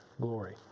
glory